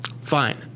fine